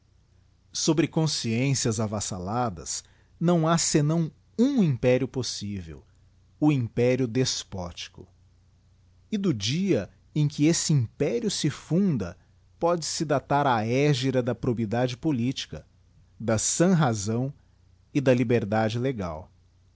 sobre consciências avassaladas não ha senão um império possivel o império despótico e do dia em que esse império se funda póde-se datar a hegyra da digiti zedby google probidade politica da sã rai ão e da liberdade legai